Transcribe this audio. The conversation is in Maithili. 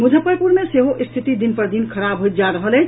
मुजफ्फरपुर मे सेहो स्थिति दिन पर दिन खराब होइत जा रहल अछि